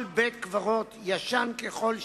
כל בית-קברות, ישן ככל שיהיה,